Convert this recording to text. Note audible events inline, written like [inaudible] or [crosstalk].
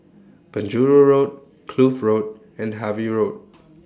Penjuru Road Kloof Road and Harvey Road [noise]